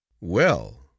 Well